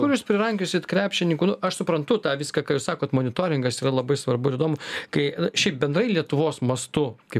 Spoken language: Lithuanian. kur jūs prirankiosit krepšininkų nu aš suprantu tą viską ką jūs sakot monitoringas yra labai svarbu ir įdomu kai šiaip bendrai lietuvos mastu kai